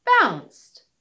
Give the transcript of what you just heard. bounced